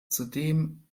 zudem